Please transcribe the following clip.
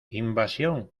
invasión